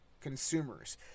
consumers